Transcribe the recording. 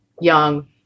young